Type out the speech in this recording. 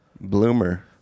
Bloomer